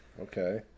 okay